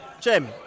Jim